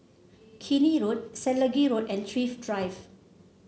Keene Road Selegie Road and Thrift Drive